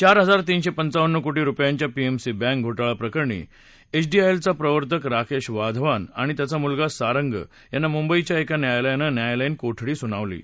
चार हजार तीनशे पंचावन्न कोटी रुपयांच्या पीएमसी बँक घोटाळा प्रकरणी एचडीआयएलचा प्रवर्तक राकेश वधावन आणि त्याचा मुलगा सारंग यांना मुंबईच्या एका न्यायालयानं न्यायालयीन कोठडी सुनावली आहे